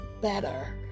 better